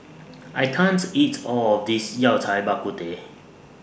I can't eat All of This Yao Cai Bak Kut Teh